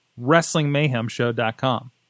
wrestlingmayhemshow.com